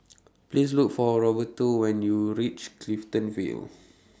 Please Look For Roberto when YOU REACH Clifton Vale